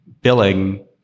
billing